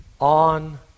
on